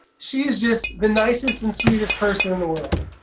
she's just the nicest and sweetest person in the world.